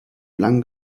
lang